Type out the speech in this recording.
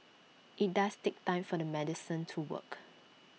IT does take time for the medicine to work